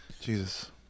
jesus